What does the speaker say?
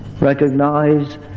recognize